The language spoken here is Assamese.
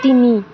তিনি